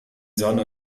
sonne